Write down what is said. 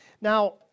Now